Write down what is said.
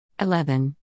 eleven